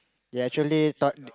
ya actually thought